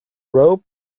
rope